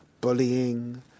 bullying